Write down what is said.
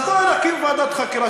אז בואו נקים ועדת חקירה,